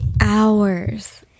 hours